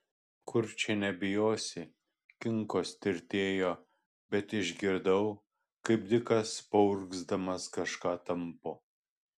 kur čia nebijosi kinkos tirtėjo bet išgirdau kaip dikas paurgzdamas kažką tampo